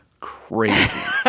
crazy